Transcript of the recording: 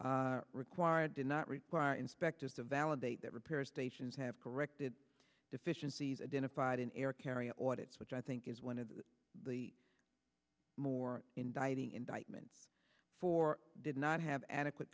required did not require inspectors to validate that repair stations have corrected deficiencies identified in air carrier audit which i think is one of the more indicting indictment for did not have adequate